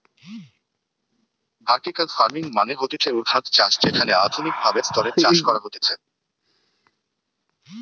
vertical farming মানে হতিছে ঊর্ধ্বাধ চাষ যেখানে আধুনিক ভাবে স্তরে চাষ করা হতিছে